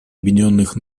объединенных